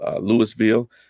Louisville